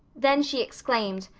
then she exclaimed,